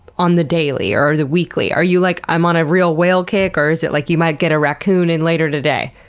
on the daily or the weekly? are you like, i'm on a real whale-kick, or is it like, you might get a racoon in later today?